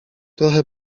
trochę